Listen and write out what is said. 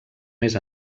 més